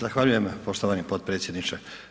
Zahvaljujem poštovani potpredsjedniče.